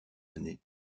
année